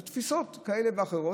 אלה תפיסות כאלה ואחרות,